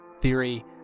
theory